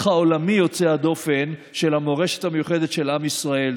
העולמי יוצא הדופן של המורשת המיוחדת של עם ישראל.